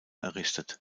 errichtet